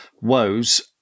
woes